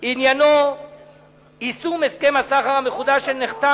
עניינו יישום הסכם הסחר המחודש שנחתם